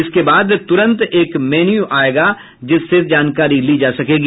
इसके बाद तूरंत एक मेन्यू आयेगा जिससे जानकारी ली जा सकेगी